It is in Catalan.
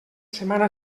setmana